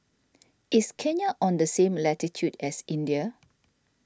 is Kenya on the same latitude as India